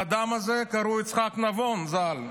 לאדם הזה קראו יצחק נבון ז"ל.